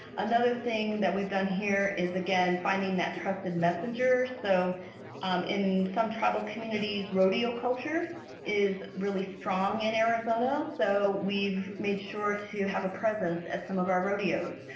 another thing that we've done here is again finding that trusted messenger. so um in some tribal communities rodeo culture is really strong in arizona so we've made sure to have a presence at some of our rodeos.